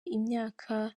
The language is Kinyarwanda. imyaka